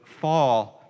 fall